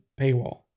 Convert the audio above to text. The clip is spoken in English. paywall